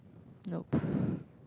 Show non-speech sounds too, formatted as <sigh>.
nope <breath>